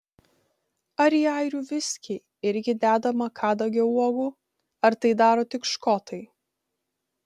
ar į airių viskį irgi dedama kadagio uogų ar tai daro tik škotai